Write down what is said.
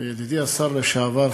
ידידי השר לשעבר,